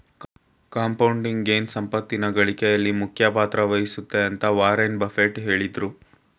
compounding gain ಸಂಪತ್ತಿನ ಗಳಿಕೆಯಲ್ಲಿ ಮುಖ್ಯ ಪಾತ್ರ ವಹಿಸುತ್ತೆ ಅಂತ ವಾರನ್ ಬಫೆಟ್ ಹೇಳಿದ್ರು